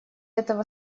этого